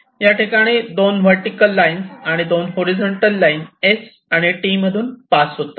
याठिकाणी 2 vertical lines आणि 2 horizontal lines S आणि T मधून पास होतात